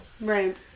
Right